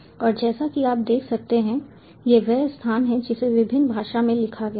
और जैसा कि आप देख सकते हैं कि यह वह स्थान है जिसे विभिन्न भाषा में लिखा गया है